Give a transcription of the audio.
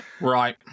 Right